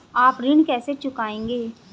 आप ऋण कैसे चुकाएंगे?